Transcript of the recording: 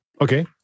Okay